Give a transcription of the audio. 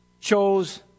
chose